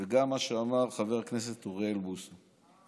וגם למה שאמר חבר הכנסת אוריאל בוסו.